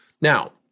Now